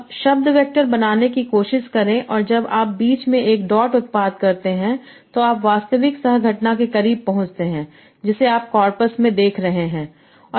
अब शब्द वैक्टर बनाने की कोशिश करें कि जब आप बीच में एक डॉट उत्पाद करते हैं तो आप वास्तविक सह घटना के करीब पहुंचते हैं जिसे आप कॉर्पस में देख रहे हैं